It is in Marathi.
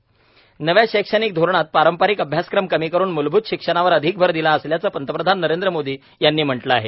शैक्षणिक धोरण नव्या शैक्षणिक धोरणात पारंपरिक अभ्यासक्रम कमी करून मूलभूत शिक्षणावर अधिक भर दिला असल्याचं पंतप्रधान नरेंद्र मोदी यांनी म्हटलं आहे